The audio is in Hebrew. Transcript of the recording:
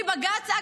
בלי בג"ץ,